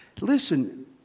Listen